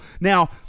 Now